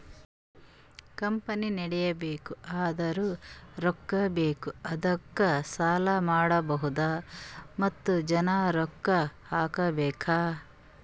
company ನಡಿಬೇಕ್ ಅಂದುರ್ ರೊಕ್ಕಾ ಬೇಕ್ ಅದ್ದುಕ ಸಾಲ ಮಾಡ್ಬಹುದ್ ಮತ್ತ ಜನ ರೊಕ್ಕಾ ಹಾಕಬೇಕ್